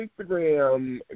Instagram